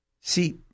See